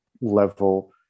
level